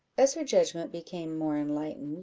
as her judgment became more enlightened,